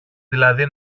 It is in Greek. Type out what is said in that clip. δηλαδή